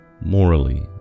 morally